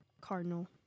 Cardinal